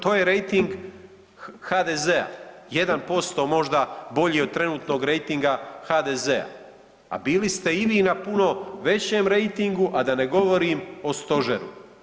To je rejting HDZ-a, 1% možda bolji od trenutnog rejtinga HDZ-a, a bili ste i vi na puno većem rejtingu, a da ne govorim o Stožeru.